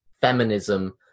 feminism